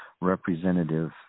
representative